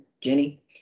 Jenny